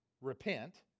repent